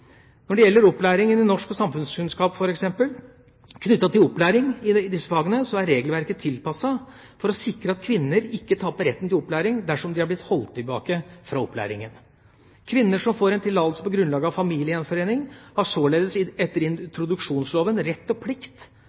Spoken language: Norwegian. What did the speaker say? Når det gjelder opplæring i norsk og samfunnskunnskap, f.eks., er regelverket tilpasset for å sikre at kvinner ikke taper retten til opplæring dersom de er blitt holdt tilbake fra opplæringen. Kvinner som får en tillatelse på grunnlag av familiegjenforening, har således etter introduksjonsloven rett og plikt